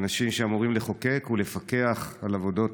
כאנשים שאמורים לחוקק ולפקח על עבודות